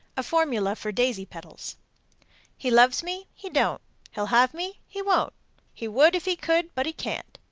a formula for daisy petals he loves me, he don't he'll have me, he won't he would if he could, but he can't.